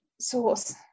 source